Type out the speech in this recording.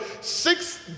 six